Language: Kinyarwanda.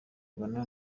ghana